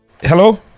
Hello